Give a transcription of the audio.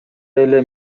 эле